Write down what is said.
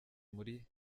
muri